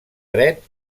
dret